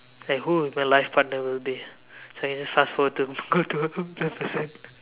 like who would my life partner will be so I can just fast forward to go to the person